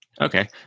Okay